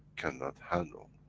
cannot handle,